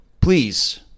please